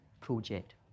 project